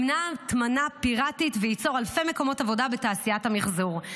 יימנע הטמנה פיראטית וייצור אלפי מקומות עבודה בתעשיית המחזור.